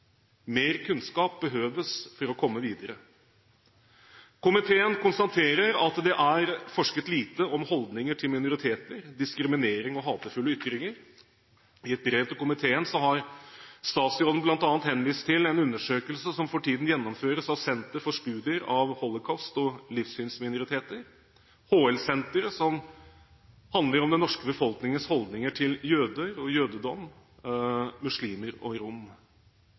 Mer kunnskap behøves for å komme videre. Komiteen konstaterer at det er forsket lite på holdninger til minoriteter, diskriminering og hatefulle ytringer. I et brev til komiteen har statsråden bl.a. henvist til en undersøkelse som for tiden gjennomføres av Senter for studier av Holocaust og livssynsminoriteter – HL-senteret – som handler om den norske befolkningens holdning til jøder og jødedom, muslimer og rom.